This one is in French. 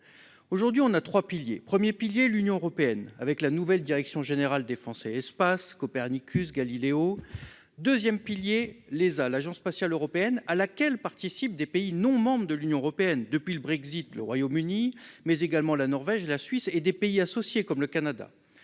Aujourd'hui, il existe trois piliers. Premier pilier : l'Union européenne, avec la nouvelle direction générale défense et espace, Copernicus et Galileo. Deuxième pilier : l'ESA, l'Agence spatiale européenne, à laquelle participent également des pays non membres de l'Union européenne, comme, depuis le Brexit, le Royaume-Uni, mais également la Norvège, la Suisse et des pays associés tels que le Canada.